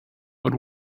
but